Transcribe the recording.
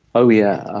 oh, yeah.